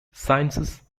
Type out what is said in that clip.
sciences